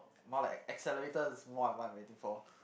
more like accelerator is more of what I'm waiting for